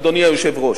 אדוני היושב-ראש?